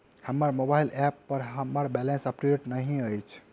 हमर mobile app पर हमर बैलेंस अपडेट नहि अछि